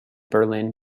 berlin